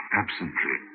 absently